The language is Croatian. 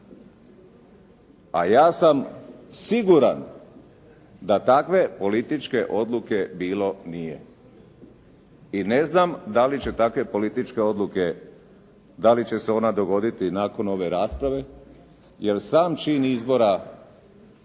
A ja sam siguran da takve političke odluke bilo nije. I ne znam dali će takve političke odluke, dali će se ona dogoditi nakon ove rasprave, jer sam čin izbora